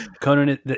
conan